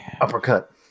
uppercut